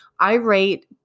irate